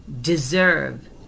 deserve